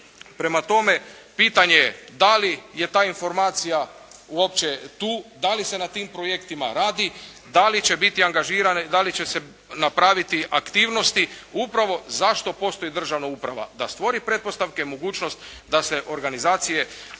Prema tome, pitanje je da li je ta informacija uopće tu, da li se na tim projektima radi, da li će se napraviti aktivnosti upravo zašto postoji državna uprava, da stvori pretpostavke i mogućnost da se organizacije